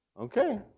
Okay